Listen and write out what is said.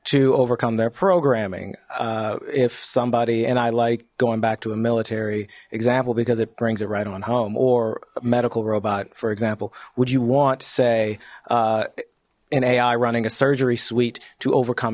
to overcome their programming if somebody and i like going back to a military example because it brings it right on home or medical robot for example would you want to say in ai runnin a surgery suite to overcome